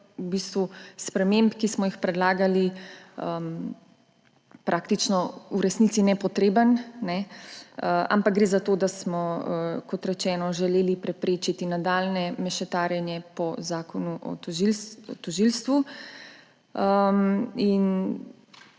sprememb, ki smo jih predlagali, v resnici nepotreben, ampak gre za to, da smo, kot rečeno, želeli preprečiti nadaljnje mešetarjenje po zakonu o tožilstvu.